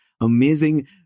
amazing